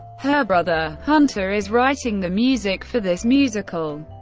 her brother, hunter is writing the music for this musical.